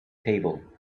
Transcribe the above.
table